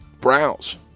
browse